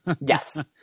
Yes